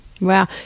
wow